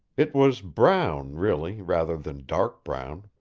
it was brown, really, rather than dark-brown.